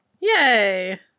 Yay